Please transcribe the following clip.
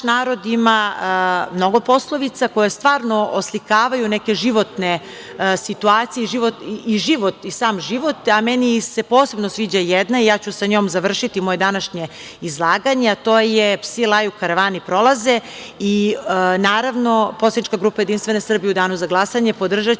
narod ima mnogo poslovica koje stvarno oslikavaju neke životne situacije i sam život, a meni se posebno sviđa jedna i ja ću sa njom završiti moje današnje izlaganje, a to je – psi laju, a karavani prolaze. Naravno, poslanička grupa Jedinstvena Srbija će u danu za glasanje podržati